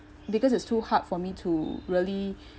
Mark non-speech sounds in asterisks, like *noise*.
because it's too hard for me to really *breath*